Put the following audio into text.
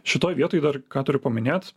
šitoj vietoj dar ką turiu paminėt